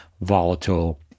volatile